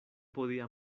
podía